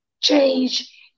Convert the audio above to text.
change